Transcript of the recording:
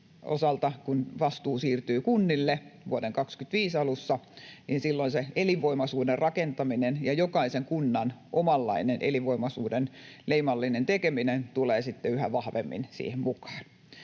kun vastuu siirtyy kunnille vuoden 25 alussa, silloin elinvoimaisuuden rakentaminen ja jokaisen kunnan omanlainen elinvoimaisuuden leimallinen tekeminen tulevat yhä vahvemmin siihen mukaan.